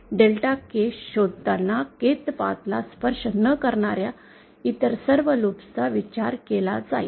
delta k शोधताना Kth path ला स्पर्श न करणार्या इतर सर्व लूप चा विचार केला जाईल